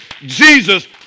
Jesus